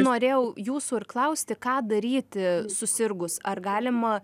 norėjau jūsų ir klausti ką daryti susirgus ar galima